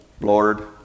Lord